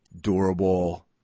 durable